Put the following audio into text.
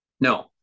No